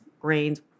grains